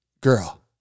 girl